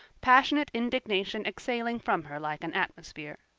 passionate indignation exhaling from her like an atmosphere.